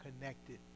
connected